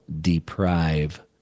deprive